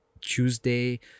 Tuesday